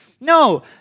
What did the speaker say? No